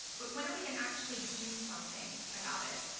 but when are we gonna actually do something about it?